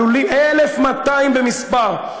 1,200 במספר,